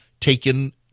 taken